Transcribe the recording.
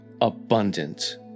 abundant